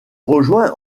rejoint